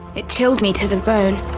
it chilled me to the bone.